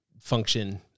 function